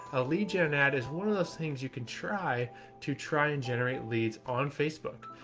a lead gen add is one of those things you can try to try and generate leads on facebook.